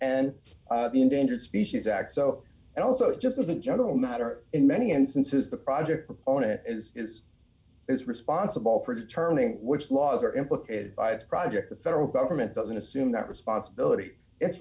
and the endangered species act so and also just as a general matter in many instances the project proponent as is is responsible for determining which laws are implicated by this project the federal government doesn't assume that responsibility it's